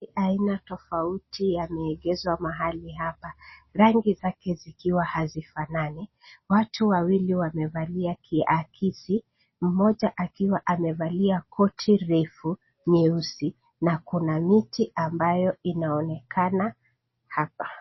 Ni aina tofauti yameegeshwa mahali hapa rangi zake zikiwa hazifanani. Watu wawili wamevalia kiakisi mmoja akiwa amevalia koti refu nyeusi na kuna miti ambayo inaonekana hapa.